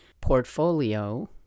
portfolio